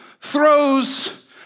throws